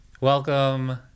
Welcome